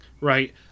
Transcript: right